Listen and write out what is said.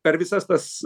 per visas tas